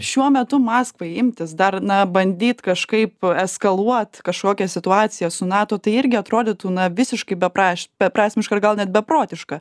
šiuo metu maskvai imtis dar na bandyt kažkaip eskaluot kažkokią situaciją su nato tai irgi atrodytų na visiškai bepraš beprasmiška ir gal net beprotiška